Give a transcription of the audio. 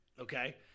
Okay